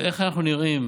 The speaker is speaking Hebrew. איך אנחנו נראים